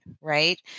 Right